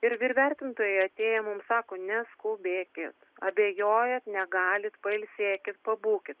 ir vyrvertintojai atėję mum sako neskubėkit abejojat negalit pailsėkit pabūkit